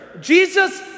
Jesus